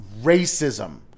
racism